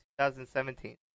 2017